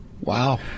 Wow